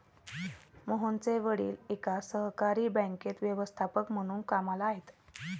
मोहनचे वडील एका सहकारी बँकेत व्यवस्थापक म्हणून कामला आहेत